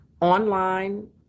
online